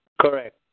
Correct